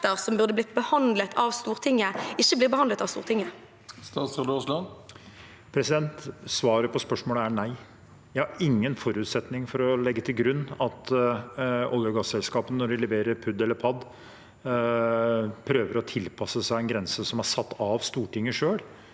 som burde blitt behandlet av Stortinget, ikke blir det? Statsråd Terje Aasland Svaret på spørs- målet er nei. Jeg har ingen forutsetning for å legge til grunn at olje- og gasselskapene, når de leverer PUD eller PAD, prøver å tilpasse seg en grense som er satt av Stortinget selv,